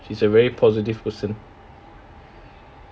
she's a very positive person